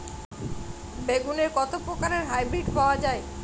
বেগুনের কত প্রকারের হাইব্রীড পাওয়া যায়?